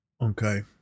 Okay